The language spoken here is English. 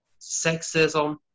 sexism